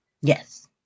Yes